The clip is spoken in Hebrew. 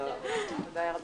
תודה עבור